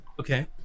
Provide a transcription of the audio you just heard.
Okay